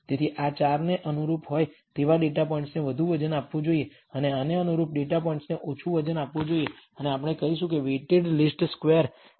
તેથી આ 4 ને અનુરૂપ હોય તેવા ડેટા પોઇન્ટ્સને વધુ વજન આપવું જોઈએ અને આને અનુરૂપ ડેટા પોઇન્ટ્સને ઓછું વજન આપવું જોઈએ અને આપણે કહીશું કે વૈટેડ લિસ્ટ સ્કવેર્સ